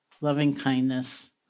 loving-kindness